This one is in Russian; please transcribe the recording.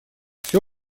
все